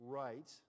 right